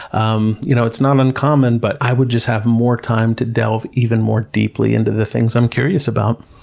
um you know it's not uncommon, but i would just have more time to delve even more deeply into the things i'm curious about.